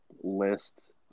list